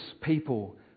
people